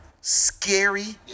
scary